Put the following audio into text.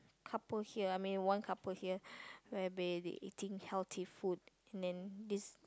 couple here I mean one couple here where they eating healthy food and then this